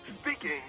speaking